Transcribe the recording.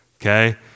okay